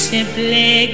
Simply